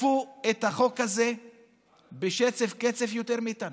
תקפו את החוק הזה בשצף-קצף יותר מאיתנו,